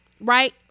right